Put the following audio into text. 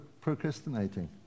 procrastinating